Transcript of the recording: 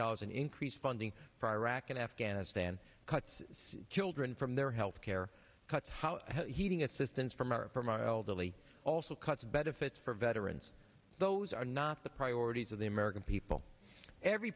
dollars in increased funding for iraq and afghanistan cuts children from their health care cuts house heating assistance from our promoter elderly also cuts benefits for veterans those are not the priorities of the american people every